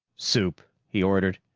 soup, he ordered.